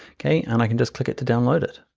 okay, and i can just click it to download it.